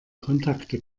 kontakte